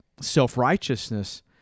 self-righteousness